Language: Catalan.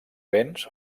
béns